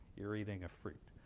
you're eating a fruit,